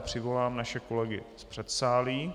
Přivolám naše kolegy z předsálí.